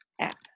app